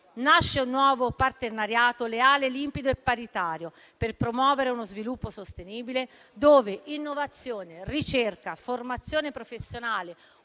Nasce un nuovo partenariato leale, limpido e paritario per promuovere uno sviluppo sostenibile dove innovazione, ricerca, formazione professionale,